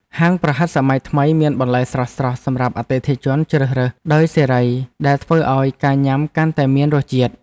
ហាងប្រហិតសម័យថ្មីមានបន្លែស្រស់ៗសម្រាប់អតិថិជនជ្រើសរើសដោយសេរីដែលធ្វើឱ្យការញ៉ាំកាន់តែមានរសជាតិ។